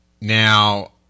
Now